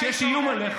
כי כשיש איום עליך,